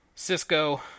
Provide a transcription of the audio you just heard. Cisco